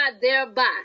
thereby